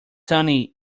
sunny